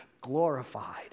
glorified